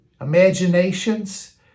imaginations